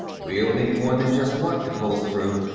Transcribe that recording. we'll need more than just luck to pull us through.